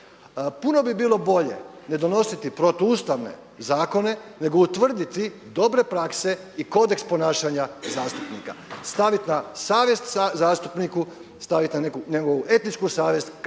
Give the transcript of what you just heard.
Puno bi bilo bolje ne donositi protuustavne zakone, nego utvrditi dobre prakse i kodeks ponašanja zastupnika, stavit na savjest zastupniku, stavit na njegovu etničku savjest